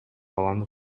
баланы